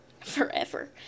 forever